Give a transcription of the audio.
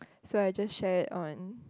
so I just share it on